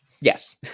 Yes